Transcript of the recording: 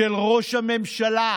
של ראש הממשלה,